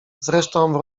zresztą